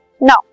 Now